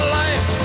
life